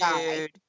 dude